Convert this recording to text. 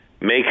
make